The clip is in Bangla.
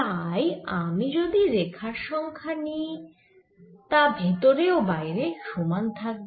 তাই আমি যদি রেখার সংখ্যা নিই তা ভেতরে ও বাইরে সমান থাকবে